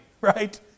Right